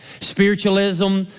Spiritualism